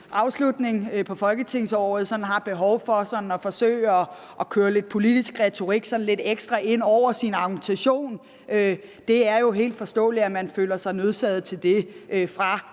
afslutningen på folketingsåret har behov for at forsøge at køre sådan lidt ekstra politisk retorik ind over sin argumentation. Det er jo helt forståeligt, at man føler sig nødsaget til det fra